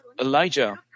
Elijah